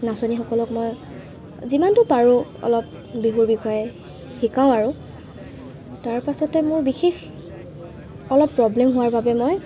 নাচনীসকলক মই যিমানটো পাৰোঁ অলপ বিহুৰ বিষয়ে শিকাওঁ আৰু তাৰপাছতে মোৰ বিশেষ অলপ প্ৰব্লেম হোৱাৰ বাবে মই